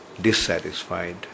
dissatisfied